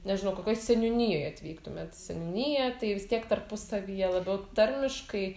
nežinau kokioj seniūnijoj atvyktumėt į seniūniją tai vis tiek tarpusavyje labiau tarmiškai